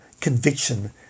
conviction